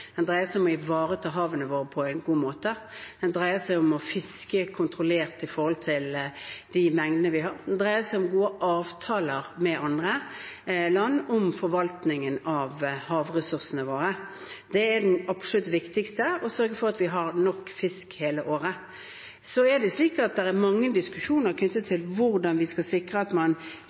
dreier seg om å ivareta havene våre på en god måte, det dreier seg om å fiske kontrollert ut fra de mengdene vi har, det dreier seg om gode avtaler med andre land om forvaltningen av havressursene våre. Det er det absolutt viktigste: å sørge for at vi har nok fisk hele året. Så er det mange diskusjoner knyttet til hvordan vi skal sikre at man